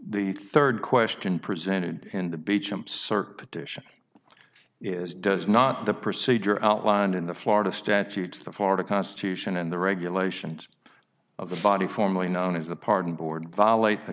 the third question presented in the beach circuit is does not the procedure outlined in the florida statutes the florida constitution and the regulations of the body formally known as the pardon board violate the